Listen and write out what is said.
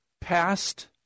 past